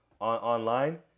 online